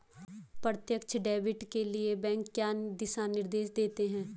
प्रत्यक्ष डेबिट के लिए बैंक क्या दिशा निर्देश देते हैं?